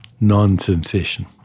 non-sensation